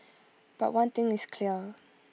but one thing is clear